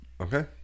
Okay